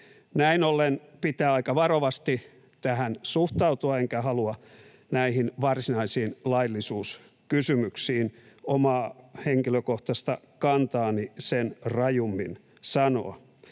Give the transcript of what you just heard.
Näin ollen pitää aika varovasti tähän suhtautua, enkä halua näihin varsinaisiin laillisuuskysymyksiin omaa henkilökohtaista kantaani sen rajummin sanoa.